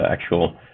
actual